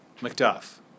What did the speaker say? Macduff